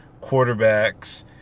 quarterbacks